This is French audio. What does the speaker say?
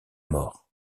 mort